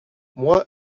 moi